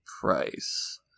Price